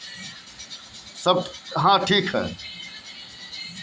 कांच के हरित गृह व्यावसायिक हरित गृह होला